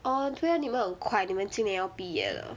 orh 对 ah 你们很快你们今年要毕业了